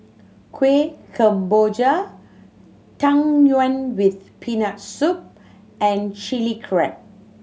Kueh Kemboja Tang Yuen with Peanut Soup and Chili Crab